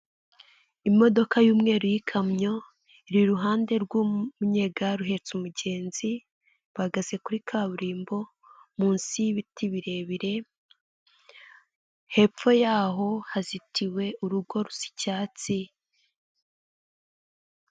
Imodoka y'umweru y'ikamyo iri iruhande rw'umunyegare uhetse umugenzi, bahagaze kuri kaburimbo munsi y'ibiti birebire, hepfo yaho hazitiwe urugo rusa icyatsi.